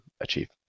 achieve